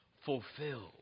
fulfilled